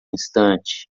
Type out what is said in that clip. instante